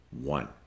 one